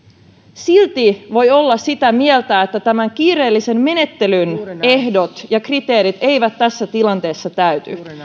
silti voi olla sitä mieltä että kiireellisen menettelyn ehdot ja kriteerit eivät tässä tilanteessa täyty